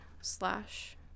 slash